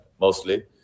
mostly